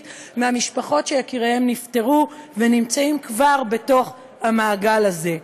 מהמשפחות שיקיריהן נפטרו ונמצאות כבר בתוך המעגל הזה.